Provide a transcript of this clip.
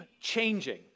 changing